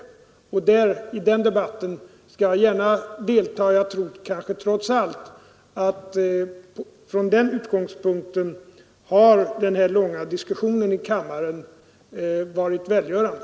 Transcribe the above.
I den debatten vill jag gärna delta, och från den utgångspunkten tror jag att den långa diskussionen i kammaren kanske trots allt har varit välgörande.